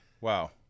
Wow